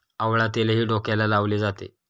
आवळा तेलही डोक्याला लावले जाते